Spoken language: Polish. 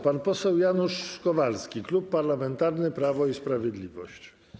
Pan poseł Janusz Kowalski, Klub Parlamentarny Prawo i Sprawiedliwość.